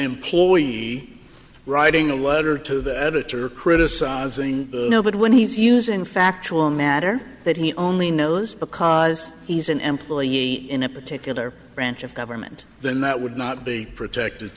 employee writing a letter to the editor criticizing it when he using factual matter that he only knows because he's an employee in a particular branch of government then that would not be protected